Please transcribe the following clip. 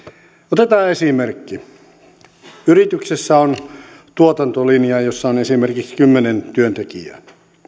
otetaan esimerkki yrityksessä on tuotantolinja jossa on esimerkiksi kymmenen työntekijää